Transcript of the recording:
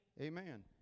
Amen